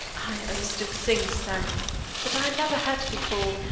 i understood things then that i never had before,